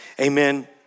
amen